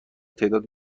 تعداد